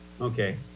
Okay